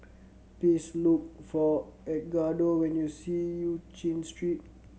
please look for Edgardo when you see Eu Chin Street